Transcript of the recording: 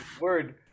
Word